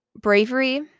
bravery